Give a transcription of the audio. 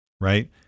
right